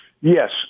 Yes